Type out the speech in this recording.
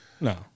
no